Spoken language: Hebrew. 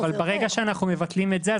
אבל ברגע שאנחנו מבטלים את זה,